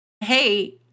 Hey